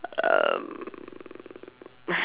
erm